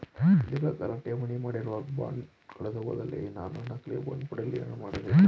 ಧೀರ್ಘಕಾಲ ಠೇವಣಿ ಮಾಡಿರುವ ಬಾಂಡ್ ಕಳೆದುಹೋದಲ್ಲಿ ನಾನು ನಕಲಿ ಬಾಂಡ್ ಪಡೆಯಲು ಏನು ಮಾಡಬೇಕು?